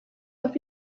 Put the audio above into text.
auf